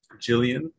Jillian